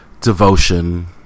Devotion